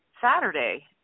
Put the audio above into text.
Saturday